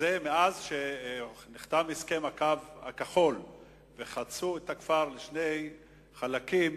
מאז נחתם הסכם הקו-הכחול וחצו את הכפר לשני חלקים,